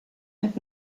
and